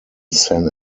san